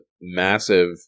massive